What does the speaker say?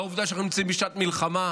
לא העובדה שאנחנו נמצאים בשעת מלחמה.